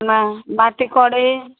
ମାଟି କଡ଼େଇ